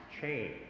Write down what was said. change